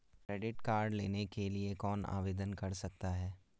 Credit card लेने के लिए कौन आवेदन कर सकता है?